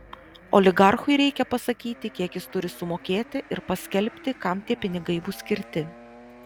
oligarchui reikia pasakyti kiek jis turi sumokėti ir paskelbti kam tie pinigai bus skirti